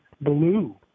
blue